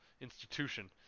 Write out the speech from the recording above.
institution